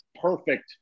perfect